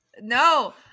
No